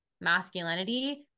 masculinity